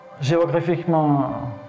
géographiquement